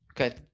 Okay